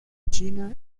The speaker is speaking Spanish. china